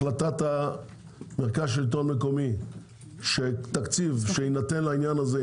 החלטת מרכז השלטון המקומי שתקציב שיינתן לעניין הזה,